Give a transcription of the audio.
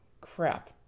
crap